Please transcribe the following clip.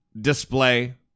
display